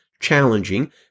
Challenging